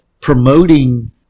promoting